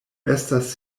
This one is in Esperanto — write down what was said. estas